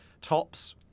tops